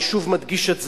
ואני שוב מדגיש את זה,